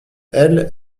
elle